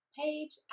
page